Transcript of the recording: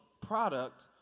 product